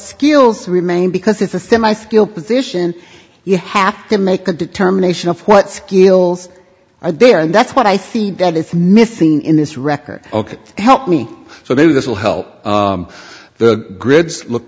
skills remain because if a semi skilled position you have to make a determination of what skills are there and that's what i think that it's missing in this record ok help me so maybe this will help the grids look